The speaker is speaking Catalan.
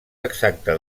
exacte